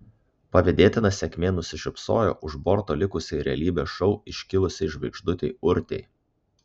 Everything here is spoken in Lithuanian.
pavydėtina sėkmė nusišypsojo už borto likusiai realybės šou iškilusiai žvaigždutei urtei